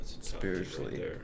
Spiritually